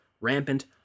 rampant